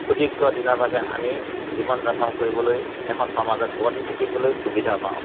সুদীৰ্ঘ দিনৰ বাবে আমি জীৱন যাপন কৰিবলৈ এখন সমাজত বৰ্তি থাকিবলৈ সুবিধা পাওঁ